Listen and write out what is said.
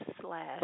slash